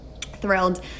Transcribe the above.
thrilled